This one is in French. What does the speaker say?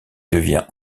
devient